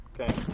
Okay